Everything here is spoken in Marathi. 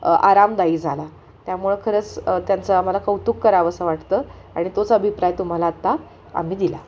आरामदायी झाला त्यामुळं खरंच त्यांचं आम्हाला कौतुक करावंसं वाटतं आणि तोच अभिप्राय तुम्हाला आत्ता आम्ही दिला